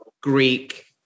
Greek